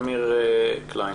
אמיר קליין.